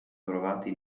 trovati